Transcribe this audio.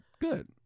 good